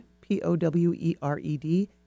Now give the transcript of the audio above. P-O-W-E-R-E-D